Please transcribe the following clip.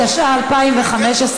התשע"ה 2015,